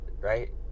right